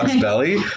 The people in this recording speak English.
belly